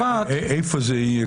איפה כל זה יהיה?